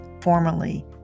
formerly